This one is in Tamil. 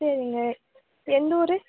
சரிங்க எந்த ஊர்